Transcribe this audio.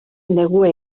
negua